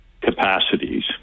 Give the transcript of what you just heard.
capacities